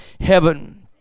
heaven